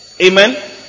Amen